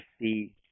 see